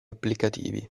applicativi